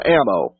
ammo